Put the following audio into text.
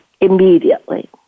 immediately